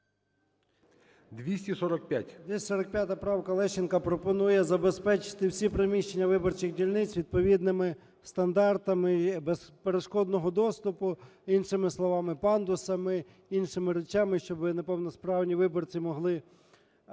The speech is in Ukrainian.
245 правка Лещенка пропонує забезпечити всі приміщення виборчих дільниць відповідними стандартами безперешкодного доступу, іншими словами пандусами, іншими речами, щоби неповносправні виборці могли